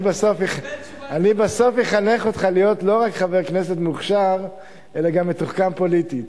אני בסוף אחנך אותך להיות לא רק חבר כנסת מוכשר אלא גם מתוחכם פוליטית.